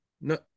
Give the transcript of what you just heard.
No